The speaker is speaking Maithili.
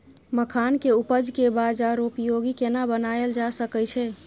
मखान के उपज के बाजारोपयोगी केना बनायल जा सकै छै?